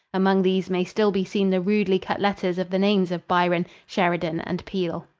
among these may still be seen the rudely cut letters of the names of byron, sheridan and peele.